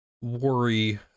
worry